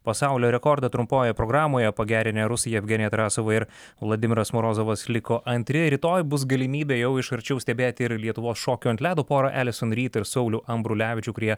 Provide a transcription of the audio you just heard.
pasaulio rekordą trumpojoje programoje pagerinę rusai jevgenija tarasova ir vladimiras morozovas liko antri rytoj bus galimybė jau iš arčiau stebėti ir lietuvos šokių ant ledo porą elison rid ir saulių ambrulevičių kurie